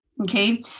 Okay